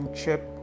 Chip